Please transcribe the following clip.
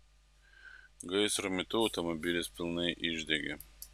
gaisro metu automobilis pilnai išdegė